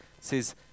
says